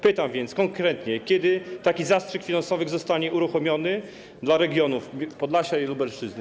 Pytam konkretnie, kiedy taki zastrzyk finansowy zostanie uruchomiony dla regionów Podlasia i Lubelszczyzny.